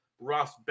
Ross